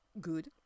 good